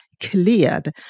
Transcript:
cleared